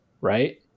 right